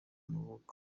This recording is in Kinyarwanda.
y’amavuko